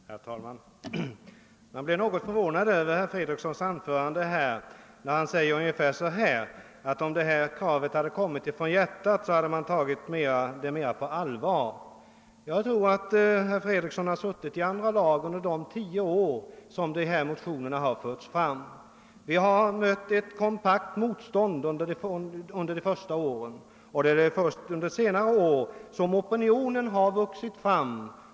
Herr talman! Jag blev något förvånad över herr Fredrikssons senaste anförande. Han sade att om kravet på en allmän sänkning av pensionsåldern hade kommit från hjärtat, hade man tagit det mera på allvar. Jag tror att herr Fredriksson varit ledamot av andra lagutskottet under de tio år motioner i sådant syfte väckts och behandlats. Vi mötte ett kompakt motstånd till en början, och det är först under senare år som en opinion vuxit fram.